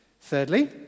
Thirdly